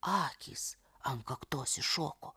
akys ant kaktos iššoko